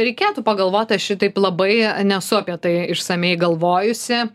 reikėtų pagalvot aš šitaip labai nesu apie tai išsamiai galvojusi